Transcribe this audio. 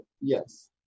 yes